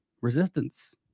resistance